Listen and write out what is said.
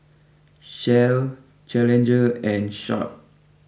Shell Challenger and Sharp